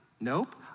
Nope